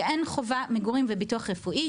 שאין חובה למגורים וביטוח רפואי,